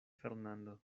fernando